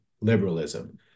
liberalism